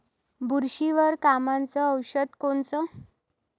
बुरशीवर कामाचं औषध कोनचं?